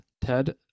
Ted